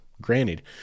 granted